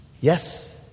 yes